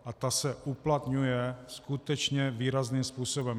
A ta se uplatňuje skutečně výrazným způsobem.